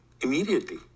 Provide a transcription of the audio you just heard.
immediately